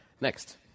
Next